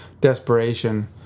desperation